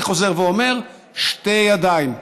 אני חוזר ואומר: שתי ידיים,